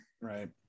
right